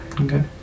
Okay